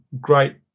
great